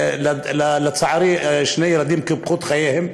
ולצערי שני ילדים קיפחו את חייהם,